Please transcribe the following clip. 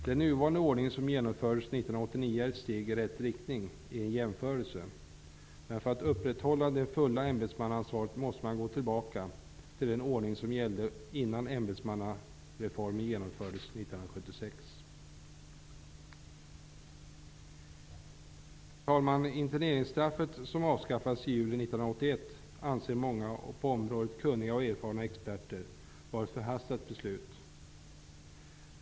Den nuvarande ordningen, som genomfördes 1989, är i en jämförelse ett steg i rätt riktning. Men för att upprätta det fulla ämbetsmannaansvaret måste man gå tillbaka till den ordning som gällde innan ämbetsmannareformen genomfördes 1976. anser många och på området kunniga och erfarna experter vara ett förhastat beslut.